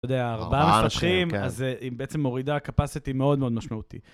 אתה יודע, ארבעה מפתחים, אז היא בעצם מורידה קפסיטי מאוד מאוד משמעותי.